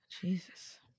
Jesus